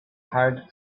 hard